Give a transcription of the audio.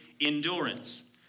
endurance